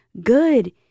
good